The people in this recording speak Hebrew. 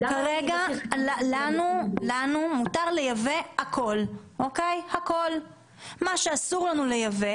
כרגע לנו מותר לייבא הכול, מה שאסור לנו לייבא